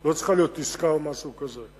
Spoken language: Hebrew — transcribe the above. לא צריכה להיות עסקה או משהו כזה.